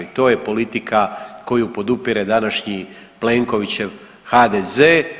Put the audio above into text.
I to je politika koju podupire današnji Plenkovićev HDZ.